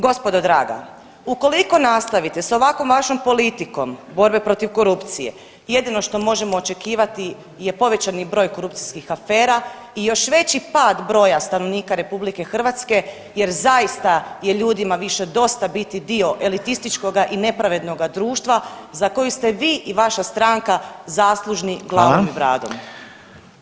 Gospodo draga, ukoliko nastavite s ovakvom vašom politikom borbe protiv korupcije jedino što možemo očekivati je povećani broj korupcijskih afera i još veći pad broja stanovnika RH jer zaista je ljudima više biti dio elitističkoga i nepravednoga društva za koji ste vi i vaša stranka zaslužni glavom i bradom.